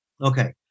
Okay